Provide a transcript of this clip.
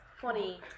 Funny